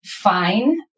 fine